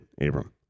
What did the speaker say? Abram